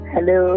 Hello